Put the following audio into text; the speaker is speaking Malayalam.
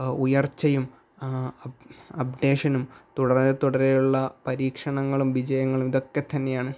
ഉയർച്ചയും അപ്ഡേഷനും തുടരെ തുടരെയുള്ള പരീക്ഷണങ്ങളും വിജയങ്ങളും ഇതൊക്കെ തന്നെയാണ്